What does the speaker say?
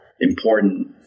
important